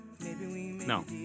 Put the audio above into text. No